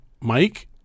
Mike